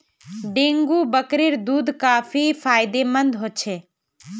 dengue बकरीर दूध काफी फायदेमंद ह छ